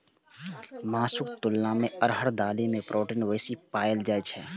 मासुक तुलना मे अरहर दालि मे प्रोटीन बेसी पाएल जाइ छै